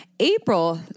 April